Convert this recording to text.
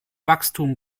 wachstum